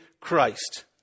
Christ